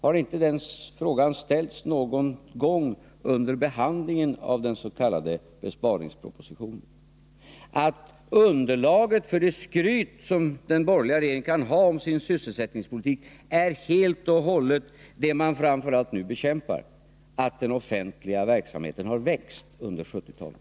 Har inte den frågan ställts någon gång under behandlingen av den s.k. CSES EE ÖRNene Underlaget för den borgerliga regeringens skryt om sin sysselsäftningspolitik är helt och hållet det som man nu framför allt bekämpar — att den offentliga verksamheten har växt under 1970-talet.